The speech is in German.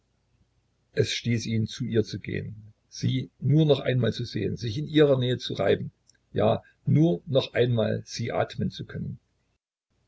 es stieß ihn zu ihr zu gehen sie nur noch einmal zu sehen sich an ihrer nähe zu reiben ja nur noch einmal sie atmen zu können